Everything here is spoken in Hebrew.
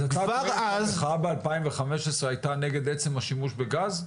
המחאה כבר ב-2015 היתה נגד השימוש בגז?